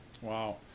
Wow